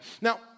Now